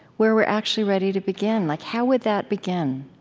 where we're actually ready to begin? like how would that begin?